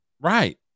right